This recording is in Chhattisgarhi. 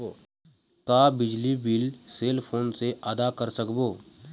का बिजली बिल सेल फोन से आदा कर सकबो?